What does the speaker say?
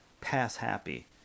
pass-happy